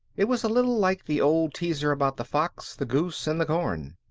it was a little like the old teaser about the fox, the goose, and the corn.